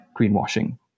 greenwashing